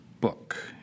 book